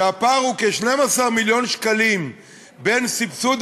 והפער הוא כ-12 מיליון שקלים בין סבסוד